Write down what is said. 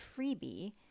freebie